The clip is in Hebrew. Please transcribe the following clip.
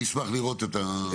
אני אשמח לראות את המסמך הזה.